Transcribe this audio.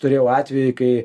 turėjau atvejį kai